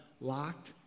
locked